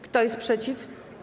Kto jest przeciw?